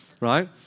right